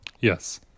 Yes